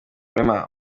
rema